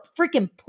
freaking